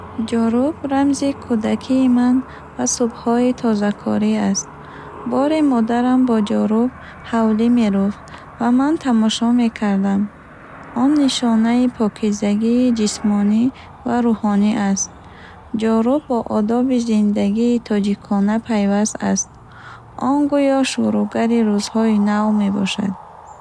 Ҷорӯб рамзи кӯдакии ман ва субҳҳои тозакорӣ аст. Боре модарам бо ҷорӯб ҳавлӣ мерӯфт ва ман тамошо мекардам. Он нишонаи покизагии ҷисмонӣ ва рӯҳонӣ аст. Ҷорӯб бо одоби зиндагии тоҷикона пайваст аст. Он гӯё шуруъгари рӯзҳои нав мебошад.